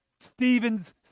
Stephen's